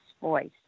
voice